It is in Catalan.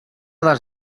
des